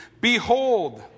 Behold